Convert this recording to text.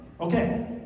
okay